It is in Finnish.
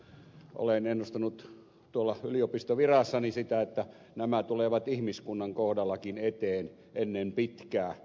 olen ennustanut yliopistovirassani että nämä tulevat ihmiskunnan kohdallakin eteen ennen pitkää